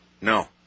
No